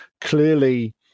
Clearly